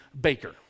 baker